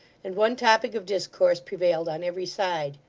and one topic of discourse prevailed on every side.